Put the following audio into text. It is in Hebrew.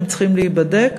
הם צריכים להיבדק.